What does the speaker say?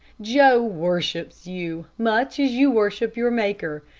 joe worships you, much as you worship your maker.